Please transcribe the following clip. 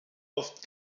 oft